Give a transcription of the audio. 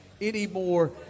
anymore